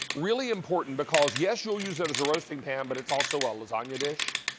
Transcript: really important, because, yes, you'll use it as a roasting ban, but it's also a lasagna dish,